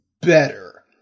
better